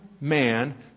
man